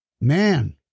Man